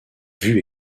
vue